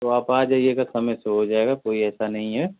तो आप आ जाइएगा समय से हो जाएगा कोई ऐसा नहीं है